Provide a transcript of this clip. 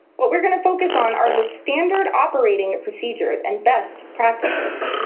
what we're going to focus on are the standard operating procedures and best practices.